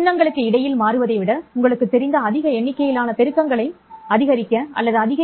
சின்னங்களுக்கு இடையில் மாறுவதை விட உங்களுக்குத் தெரிந்த அதிக எண்ணிக்கையிலான பெருக்கங்களை அதிகரிக்க அல்லது அதிக